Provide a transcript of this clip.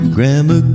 Grandma